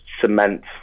cement